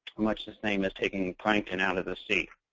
much the same as taking plankton out of the sea.